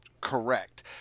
correct